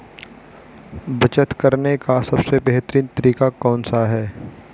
बचत करने का सबसे बेहतरीन तरीका कौन सा है?